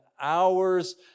hours